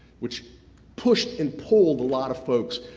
which pushed and pulled a lot of folks.